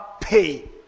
pay